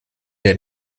der